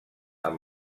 amb